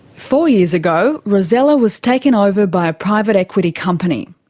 four years ago rosella was taken over by a private equity company.